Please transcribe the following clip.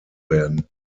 werden